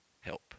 help